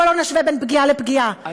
בוא לא נשווה בין פגיעה לפגיעה,